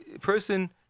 person